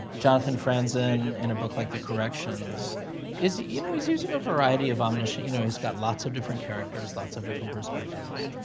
jonathan franzen in a book like the corrections is, you know, he's using a variety of omniscient, you know, he's got lots of different characters, lots of different perspectives,